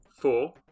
four